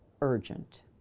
urgent